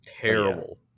terrible